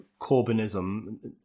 Corbynism